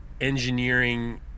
engineering